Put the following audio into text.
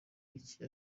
iki